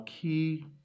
key